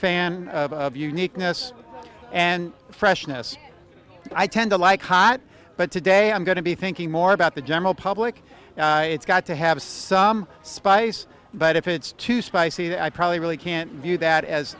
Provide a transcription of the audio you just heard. fan of uniqueness and freshness i tend to like hot but today i'm going to be thinking more about the general public it's got to have some spice but if it's too spicy i probably really can't view that as